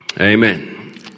Amen